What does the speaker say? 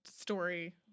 story